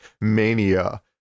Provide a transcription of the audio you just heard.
mania